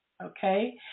Okay